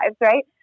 Right